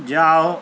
جاؤ